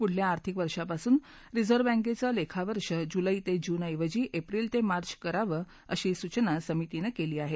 पुढील आर्थिक वर्षापासून रिझर्व्ह बँकेचं लेखावर्ष जुलै ते जून ऐवजी एप्रिल ते मार्च करावं अशी सूचना समितीनं केली आहे